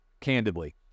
candidly